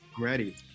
Ready